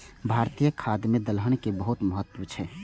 भारतीय खाद्य मे दलहन के बहुत महत्व छै